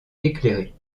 éclairé